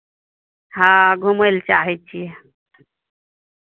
हँ घुमय लए चाहै छियै